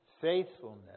faithfulness